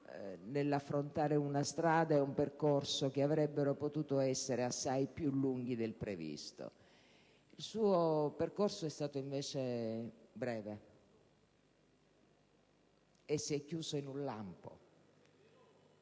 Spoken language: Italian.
nell'affrontare una strada e un percorso che avrebbero potuto essere assai più lunghi del previsto. Il suo percorso è stato invece breve e si è chiuso in un lampo.